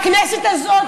הכנסת הזאת,